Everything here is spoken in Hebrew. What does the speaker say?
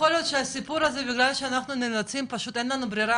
יכול להיות שהסיפור הזה בגלל שאין לנו ברירה